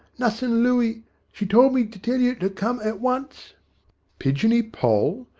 nussin' looey she told me to tell you to come at once pigeony poll?